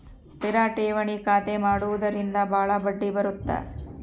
ಸ್ಥಿರ ಠೇವಣಿ ಖಾತೆ ಮಾಡುವುದರಿಂದ ಬಾಳ ಬಡ್ಡಿ ಬರುತ್ತ